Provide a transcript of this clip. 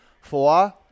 Four